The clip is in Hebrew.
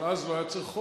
אבל אז לא היה צריך חוק.